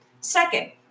Second